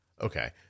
Okay